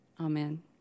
amen